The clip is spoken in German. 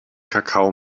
kakao